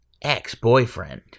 Ex-boyfriend